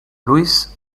luis